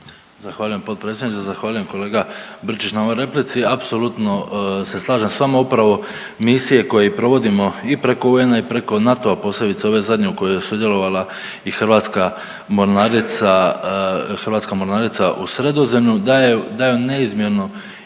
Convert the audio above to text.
Zahvaljujem potpredsjedniče. Zahvaljujem kolega Brčić na ovoj replici. Apsolutno se slažem s vama. Upravo misije koje i provodimo i preko UN-a i preko NATO-a posebice ove zadnje u kojoj je sudjelovala i Hrvatska mornarica, Hrvatska mornarica